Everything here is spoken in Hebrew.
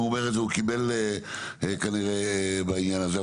הוא אומר את זה הוא קיבל כנראה בעניין הזה.